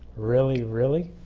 really, really,